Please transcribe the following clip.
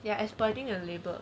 they are exploiting and labor